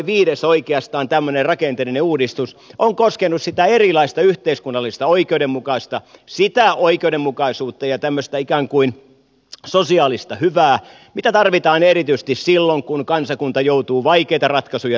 viides tämmöinen rakenteellinen uudistus on koskenut sitä erilaista yhteiskunnallista oikeudenmukaisuutta ja tämmöistä ikään kuin sosiaalista hyvää mitä tarvitaan erityisesti silloin kun kansakunta joutuu vaikeita ratkaisuja tekemään